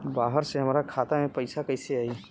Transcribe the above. बाहर से हमरा खाता में पैसा कैसे आई?